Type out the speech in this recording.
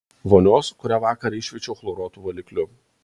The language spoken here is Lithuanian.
vonios kurią vakar iššveičiau chloruotu valikliu